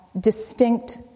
distinct